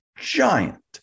giant